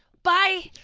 bye.